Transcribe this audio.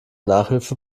nachhilfe